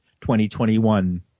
2021